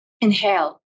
inhale